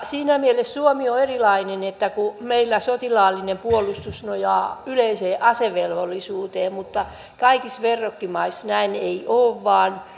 siinä mielessä suomi on erilainen että meillä sotilaallinen puolustus nojaa yleiseen asevelvollisuuteen mutta kaikissa verrokkimaissa näin ei ole vaan